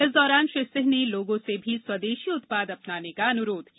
इस दौरान श्री सिंह ने लोगों से भी स्वदेशी उत्पाद अपनाने का अनुरोध किया